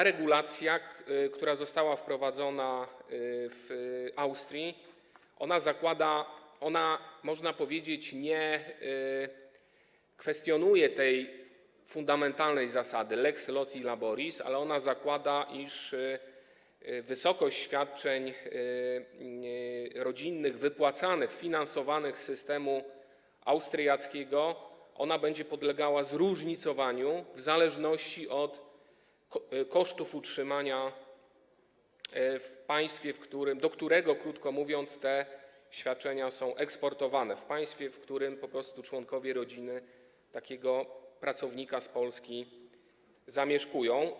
Regulacja, która została wprowadzona w Austrii, można powiedzieć, nie kwestionuje tej fundamentalnej zasady lex loci laboris, ale ona zakłada, iż wysokość świadczeń rodzinnych wypłacanych, finansowanych z systemu austriackiego, będzie podlegała zróżnicowaniu w zależności od kosztów utrzymania w państwie, do którego te świadczenia, krótko mówiąc, są eksportowane, w państwie, w którym po prostu członkowie rodziny takiego pracownika z Polski zamieszkują.